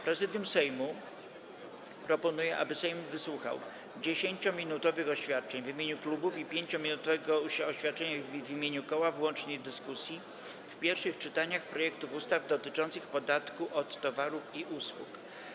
Prezydium Sejmu proponuje, aby Sejm wysłuchał 10-minutowych oświadczeń w imieniu klubów i 5-minutowego oświadczenia w imieniu koła w łącznej dyskusji w pierwszych czytaniach projektów ustaw dotyczących podatku od towarów i usług.